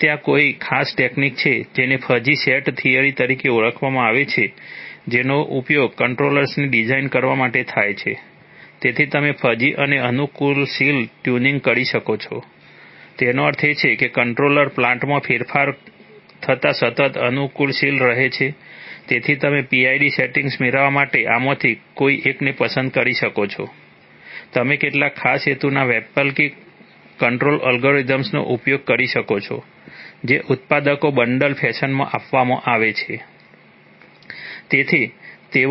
જો ત્યાં કોઈ ખાસ ટેક્નીક છે જેને ફઝી સેટ થિયરી તરીકે ઓળખવામાં આવે છે જેનો ઉપયોગ કંટ્રોલર્સની ડિઝાઇન કરવા માટે થાય છે તેથી તમે ફઝી અને અનુકૂલનશીલ ટ્યુનિંગ કરી શકો છો તેનો અર્થ એ છે કે કંટ્રોલર પ્લાન્ટમાં ફેરફાર થતાં સતત અનુકૂલનશીલ રહે છે તેથી તમે PID સેટિંગ્સ મેળવવા માટે આમાંથી કોઈ એકને પસંદ કરી શકો છો તમે કેટલાક ખાસ હેતુના વૈકલ્પિક કંટ્રોલ એલ્ગોરિધમ્સનો ઉપયોગ કરી શકો છો જે ઉત્પાદકો બંડલ ફેશનમાં આપવામાં આવે છે